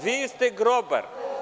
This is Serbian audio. Vi ste grobar.